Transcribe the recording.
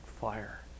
fire